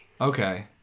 Okay